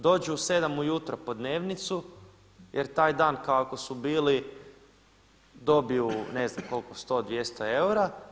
Dođu u 7 ujutro po dnevnicu jer taj dan ako su bili dobiju ne znam koliko 100, 200 eura.